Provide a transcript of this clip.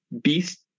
beast